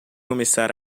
começar